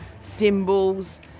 symbols